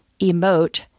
emote